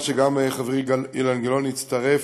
אני רוצה לומר שגם חברי אילן גילאון הצטרף,